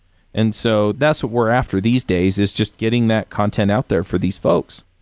and so, that's what we're after these days, is just getting that content out there for these folks.